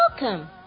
Welcome